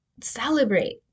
celebrate